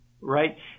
right